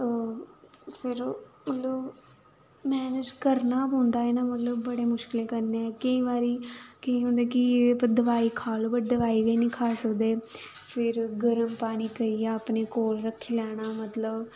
फिर मतलब मैनेज करना गै पौंदा मतलब ऐ ना बड़ी मुश्कलें करना केईं बारी केईं होंदे कि दवाई खा लो बट दवाई बी निं खा सकदे फेर गर्म पी पानी पियै अपनी कोल रक्खी लैना मतलब